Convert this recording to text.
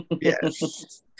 Yes